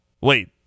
Wait